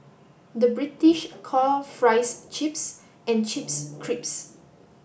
the British call fries chips and chips crisps